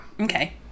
okay